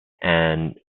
and